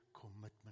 commitment